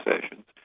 sessions